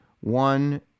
one